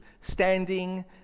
standing